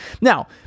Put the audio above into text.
now